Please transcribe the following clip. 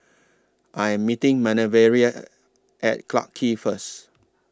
I Am meeting Manervia At Clarke Quay First